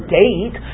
date